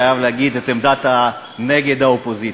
ולא נעסוק בעניינים שיש בהם מהות בבית הזה.